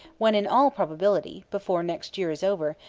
when, in all probability, before next year is over,